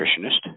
nutritionist